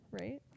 right